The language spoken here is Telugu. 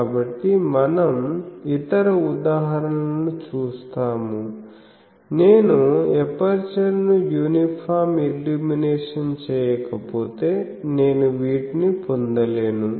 కాబట్టి మనం ఇతర ఉదాహరణలను చూస్తాము నేను ఎపర్చర్ను యూనిఫామ్ ఇల్యూమినేషన్ చేయకపోతే నేను వీటిని పొందలేను